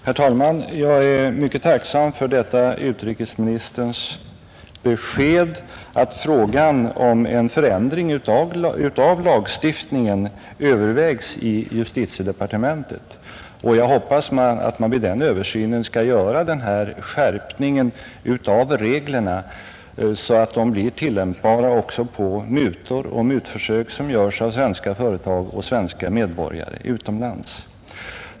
Herr talman! Jag är tacksam för utrikesministerns besked, att frågan om en förändring av lagstiftningen övervägs i justitiedepartementet. Jag hoppas att man vid den översynen skall göra en sådan skärpning av reglerna att de blir tillämpbara också på mutor och mutförsök som görs av svenska företag och svenska medborgare utomlands.